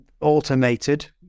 automated